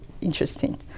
interesting